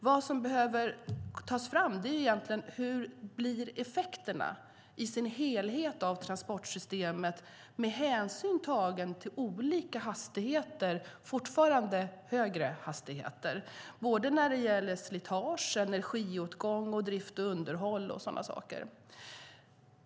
Vad som behöver tas fram är vilka effekterna av transportsystemet blir med hänsyn tagen till olika hastigheter, fortfarande högre hastigheter, när det gäller slitage, energiåtgång, drift och underhåll och sådana saker.